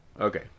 Okay